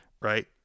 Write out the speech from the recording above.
Right